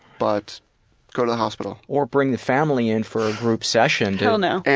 but go to the hospital. or bring the family in for a group session. hell no,